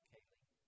Kaylee